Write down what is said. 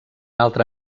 altre